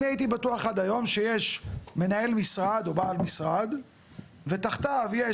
אני הייתי בטוח עד היום שיש מנהל משרד או בעל משרד ותחתיו יש